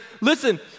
listen